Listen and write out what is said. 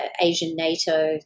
Asian-NATO